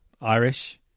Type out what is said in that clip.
Irish